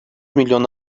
milyon